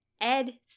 ed